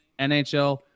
nhl